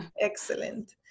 Excellent